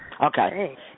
Okay